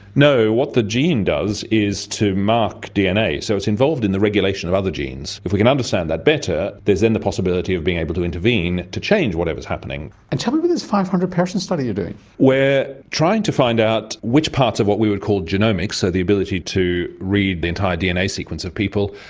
no, what the gene does is to mark dna, so it's involved in the regulation of other genes. if we can understand that better there's then the possibility of being able to intervene to change whatever's happening. and tell me about this five hundred person study you're doing. we're trying to find out which parts of what we would call genomics, so the ability to read the entire dna sequence of people,